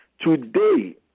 today